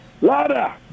Lada